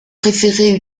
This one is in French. préféré